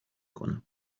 کنم